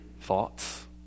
thoughts